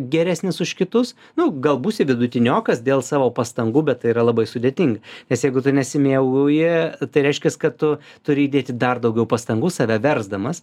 geresnis už kitus nu gal būsi vidutiniokas dėl savo pastangų bet tai yra labai sudėtinga nes jeigu tu nesimėgauji tai reiškias kad tu turi įdėti dar daugiau pastangų save versdamas